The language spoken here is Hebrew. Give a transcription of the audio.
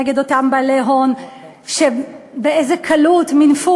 נגד אותם בעלי הון שבאיזה קלות מינפו